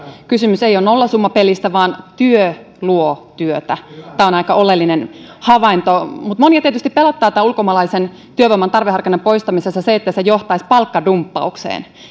kysymys ei ole nollasummapelistä vaan työ luo työtä tämä on aika oleellinen havainto mutta monia tietysti pelottaa tässä ulkomaalaisen työvoiman tarveharkinnan poistamisessa se se että se johtaisi palkkadumppaukseen